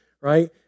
right